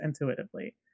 intuitively